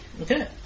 Okay